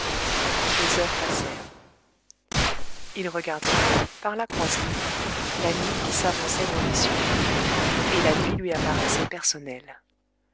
les heures passèrent il regardait par la croisée la nuit qui s'avançait dans les cieux et la nuit lui apparaissait personnelle